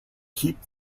keep